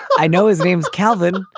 i know his name's calvin.